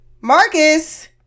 Marcus